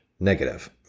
Negative